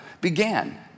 began